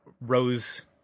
rose